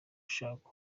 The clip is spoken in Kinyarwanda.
ushaka